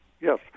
Yes